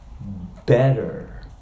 better